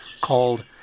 called